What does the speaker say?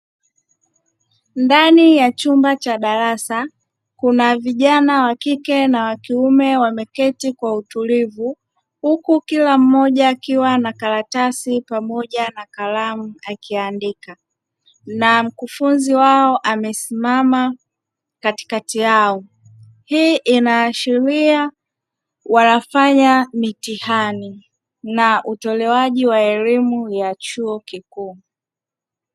Ndani ya chumba cha darasa, kuna vijana wa kike na wa kiume wameketi kwa utulivu, huku kila mmoja akiwa na karatasi pamoja na kalamu akiandika na mkufunzi wao amesimama katikati yao. Hii inaashiria wanafanya mitihani na utolewaji wa elimu ya chuo kikuu.